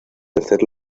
tercer